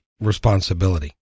responsibility